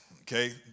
okay